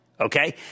Okay